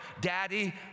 Daddy